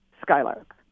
Skylark